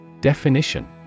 Definition